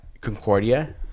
Concordia